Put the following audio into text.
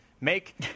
Make